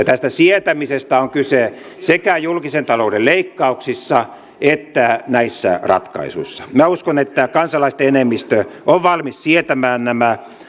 tästä sietämisestä on kyse sekä julkisen talouden leikkauksissa että näissä ratkaisuissa minä uskon että kansalaisten enemmistö on valmis sietämään nämä